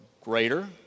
greater